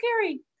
scary